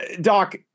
Doc